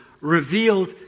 revealed